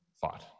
thought